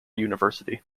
university